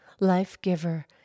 Life-giver